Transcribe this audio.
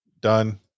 done